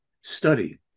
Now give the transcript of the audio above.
study